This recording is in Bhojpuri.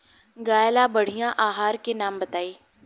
गाय ला बढ़िया आहार के नाम बताई?